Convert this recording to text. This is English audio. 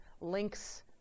links